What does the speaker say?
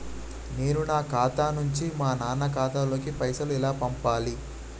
నేను నా ఖాతా నుంచి మా నాన్న ఖాతా లోకి పైసలు ఎలా పంపాలి?